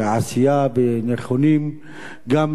ונכונים גם ליום הזה.